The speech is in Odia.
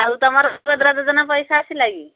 ଆଉ ତମର ସୁଭଦ୍ରା ଯୋଜନା ପଇସା ଆସିଲା କି